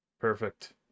Perfect